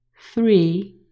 three